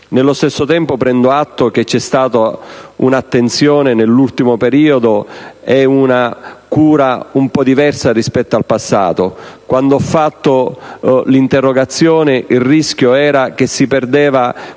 Prendo inoltre atto che ci sono state un'attenzione nell'ultimo periodo e una cura un po' diversa rispetto al passato. Quando ho fatto l'interrogazione, il rischio era che si perdesse